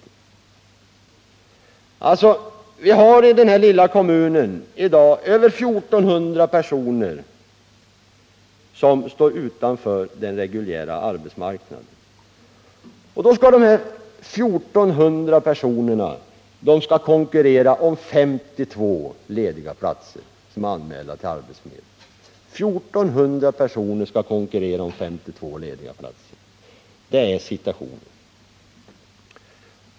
Vi har alltså i dag i den här lilla kommunen över 1 400 personer, som står utanför den reguljära arbetsmarknaden. Dessa 1 400 personer skall konkurrera om 532 till arbetsförmedlingen anmälda lediga platser. Det är situationen.